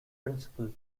principle